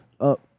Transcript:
up